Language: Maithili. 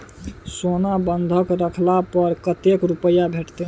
सोना बंधक रखला पर कत्ते रुपिया भेटतै?